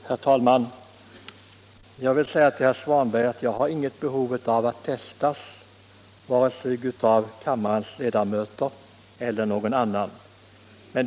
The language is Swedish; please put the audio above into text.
Herr talman! Jag vill säga till herr Svanberg att jag inte har något behov av att testas, vare sig av kammarens ledamöter eller av någon annan.